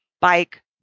bike